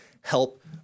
help